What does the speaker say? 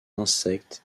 insectes